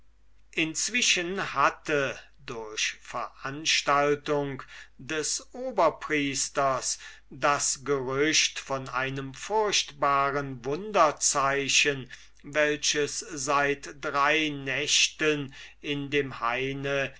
inzwischen hatte durch veranstaltung des oberpriesters das gerücht von einem furchtbaren wunderzeichen welches seit drei nächten in dem haine